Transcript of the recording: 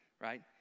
right